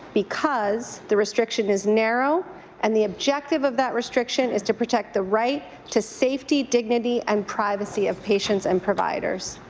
because the restriction is narrow and the objective of that restriction is to protect the right to safety, dignity and privacy of patients and providers.